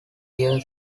year